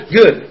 good